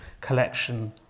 collection